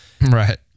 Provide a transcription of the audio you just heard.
Right